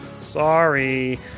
Sorry